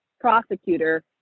prosecutor